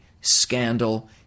scandal